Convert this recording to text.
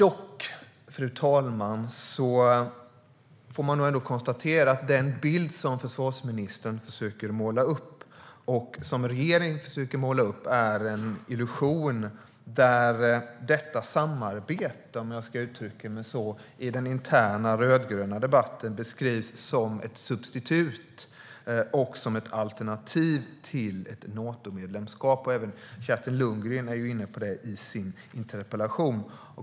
Ändå, fru talman, får man nog konstatera att den bild som försvarsministern och regeringen försöker måla upp är en illusion där det här samarbetet i den interna rödgröna debatten beskrivs som ett substitut för och ett alternativ till ett Natomedlemskap. Även Kerstin Lundgren är ju inne på det i sin interpellation.